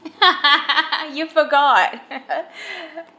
you forgot